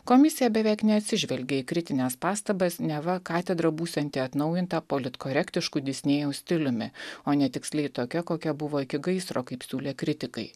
komisija beveik neatsižvelgė į kritines pastabas neva katedra būsianti atnaujinta politkorektišku disnėjaus stiliumi o ne tiksliai tokia kokia buvo iki gaisro kaip siūlė kritikai